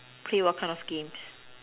play what kind of games